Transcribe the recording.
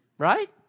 Right